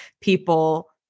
people